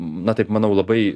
na taip manau labai